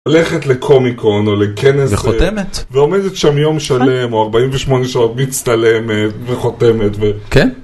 הולכת לקומיקון, או לכנס, ועומדת שם יום שלם, או 48 שעות מצטלמת, וחותמת ו...